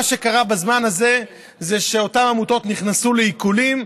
מה שקרה בזמן הזה הוא שאותן עמותות נכנסו לעיקולים,